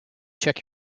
check